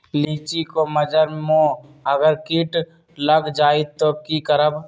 लिचि क मजर म अगर किट लग जाई त की करब?